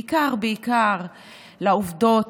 בעיקר בעיקר לעובדות